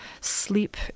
sleep